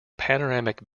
panoramic